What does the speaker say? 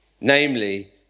Namely